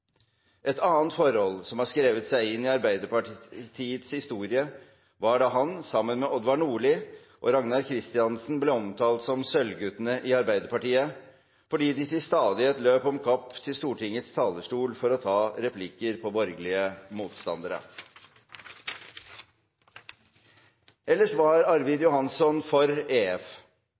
Et annet forhold som har skrevet seg inn i Arbeiderpartiets historie, var da han, sammen med Odvar Nordli og Ragnar Christiansen, ble omtalt som sølvguttene i Arbeiderpartiet fordi de til stadighet løp om kapp til Stortingets talerstol for å ta replikker på borgerlige motstandere. Ellers var Arvid Johanson for EF